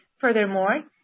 Furthermore